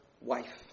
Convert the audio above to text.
wife